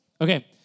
Okay